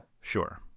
sure